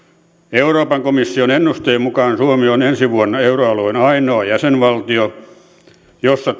euroopan komission ennusteen mukaan suomi on ensi vuonna euroalueen ainoa jäsenvaltio jossa